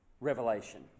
Revelation